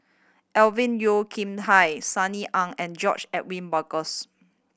Alvin Yeo Khirn Hai Sunny Ang and George Edwin Bogaars